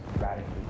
radically